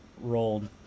rolled